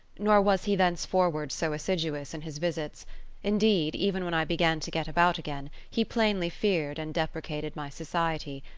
nor was he thenceforward so assiduous in his visits indeed, even when i began to get about again, he plainly feared and deprecated my society,